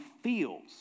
feels